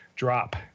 drop